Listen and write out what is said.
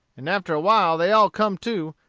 and after a while they all come to,